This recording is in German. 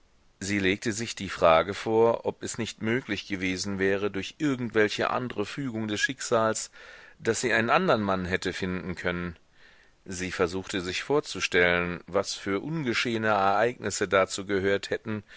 sie legte sich die frage vor ob es nicht möglich gewesen wäre durch irgendwelche andre fügung des schicksals daß sie einen andern mann hätte finden können sie versuchte sich vorzustellen was für ungeschehene ereignisse dazu gehört hätten